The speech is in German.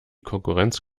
konkurrenz